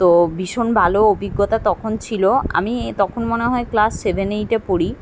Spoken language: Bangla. তো ভীষণ ভালো অভিজ্ঞতা তখন ছিল আমি তখন মনে হয় ক্লাস সেভেন এইটে পড়ি